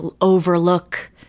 overlook